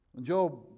Job